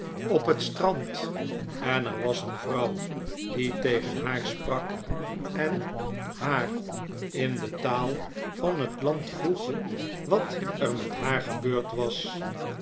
op het strand en er was een vrouw die tegen haar sprak en haar in de taal van het land vroeg wat er met haar gebeurd was